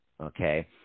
Okay